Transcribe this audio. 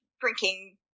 drinking